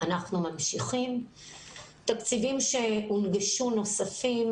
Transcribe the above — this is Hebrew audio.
תקציבים נוספים.